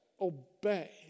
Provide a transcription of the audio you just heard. obey